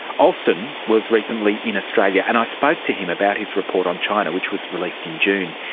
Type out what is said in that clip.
alston was recently in australia and i spoke to him about his report on china, which was released in june.